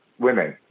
women